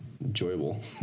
enjoyable